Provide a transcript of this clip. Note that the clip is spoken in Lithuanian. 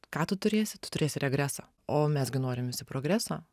ką tu turėsi tu turėsi regresą o mes gi norim visi progreso